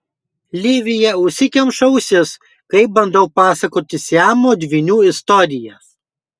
livija užsikemša ausis kai bandau pasakoti siamo dvynių istorijas